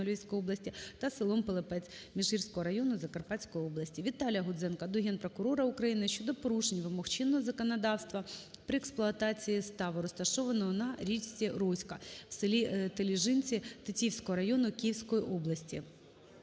та селом Пилипець Міжгірського району Закарпатської області. Віталія Гудзенка до Генпрокурора України щодо порушень вимог чинного законодавства при експлуатації ставу, розташованого на річці Роська в селі Теліжинці Тетіївського району Київської області.